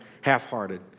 half-hearted